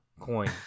coin